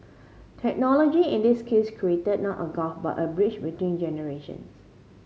technology in this case created not a gulf but a bridge between generations